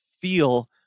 feel